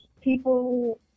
people